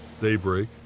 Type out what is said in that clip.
daybreak